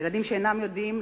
ילדים שאינם יודעים,